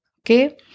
okay